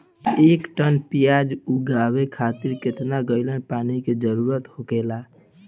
एक टन प्याज उठावे खातिर केतना गैलन पानी के जरूरत होखेला?